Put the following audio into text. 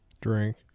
Drink